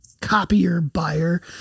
copier-buyer